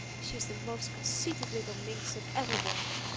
she's the most conceited little minx that ever walked.